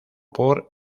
por